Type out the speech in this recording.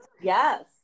yes